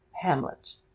hamlet